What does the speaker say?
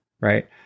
Right